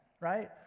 Right